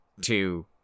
two